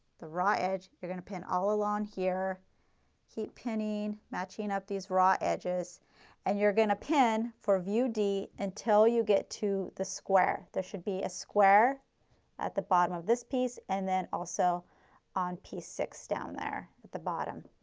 the right edge you are going to pin all along here keep pinning, matching up these raw edges and you are going to pin for view d until you get to the square, there should be a square at the bottom of this piece and then also on piece six down there at the bottom.